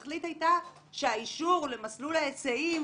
התכלית הייתה שהאישור למסלול ההיסעים